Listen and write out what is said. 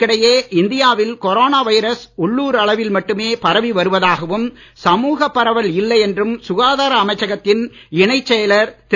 இதற்கிடையே இந்தியாவில் corona virus உள்ளூர் அளவில் மட்டுமே பரவி வருவதாகவும் சமூக பரவல் இல்லை என்றும் சுகாதார அமைச்சகத்தின் இணைச் செயலர் திரு